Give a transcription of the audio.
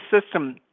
system